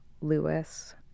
Lewis